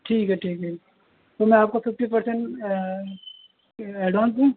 ٹھیک ہے ٹھیک ہے تو میں آپ کو ففٹی پرسینٹ ایڈوانس دوں